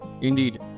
Indeed